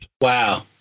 Wow